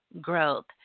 growth